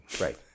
Right